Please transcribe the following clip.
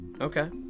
Okay